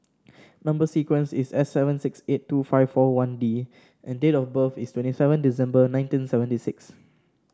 number sequence is S seven six eight two five four one D and date of birth is twenty seven December nineteen seventy six